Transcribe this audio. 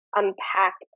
unpack